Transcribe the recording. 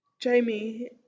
Jamie